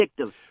addictive